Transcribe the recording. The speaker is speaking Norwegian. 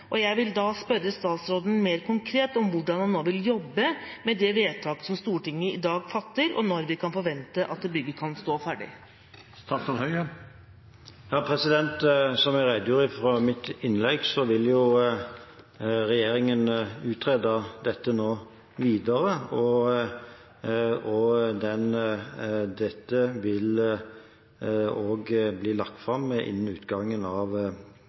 og jeg vil da spørre statsråden mer konkret: Hvordan vil man nå jobbe med det vedtaket som Stortinget i dag fatter, og når kan man forvente at bygget vil stå ferdig? Som jeg redegjorde for i mitt innlegg, vil regjeringen nå utrede dette videre, og det vil bli lagt fram innen utgangen av